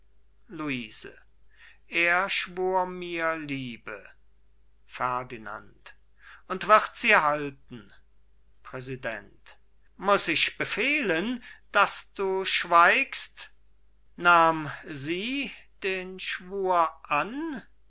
luise er schwur mir liebe ferdinand und wird sie halten präsident muß ich befehlen daß du schweigst nahm sie den schwur an